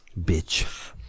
Bitch